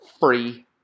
free